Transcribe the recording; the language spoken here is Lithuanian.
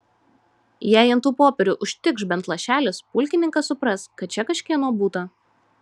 jei ant tų popierių užtikš bent lašelis pulkininkas supras kad čia kažkieno būta